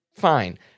fine